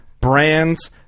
brands